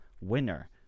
winner